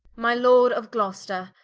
my lord of gloster,